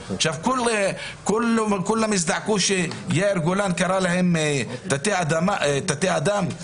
עכשיו כולם הזדעקו שיאיר גולן קרא להם תתי אדם,